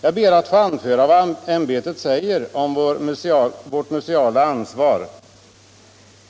Jag ber att få anföra vad ämbetet säger om vårt museala ansvar: